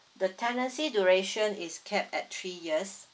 the tenancy duration is capped at three years